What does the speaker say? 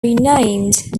renamed